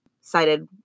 cited